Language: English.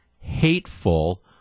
hateful